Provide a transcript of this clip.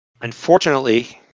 Unfortunately